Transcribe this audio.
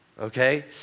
okay